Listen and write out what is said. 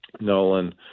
Nolan